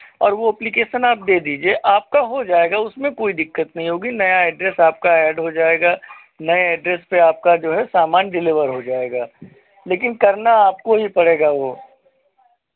और वो अप्लीकेशन आप दे दीजिए आपका हो जाएगा उसमें कोई दिक्कत नहीं होगी नया एड्रेस आपका ऐड हो जाएगा नए एड्रेस पे आपका जो है सामान डिलेवर हो जाएगा लेकिन करना आपको ही पड़ेगा वो